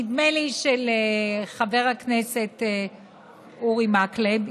נדמה לי של חבר הכנסת אורי מקלב,